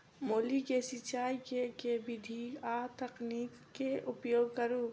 मूली केँ सिचाई केँ के विधि आ तकनीक केँ उपयोग करू?